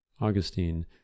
Augustine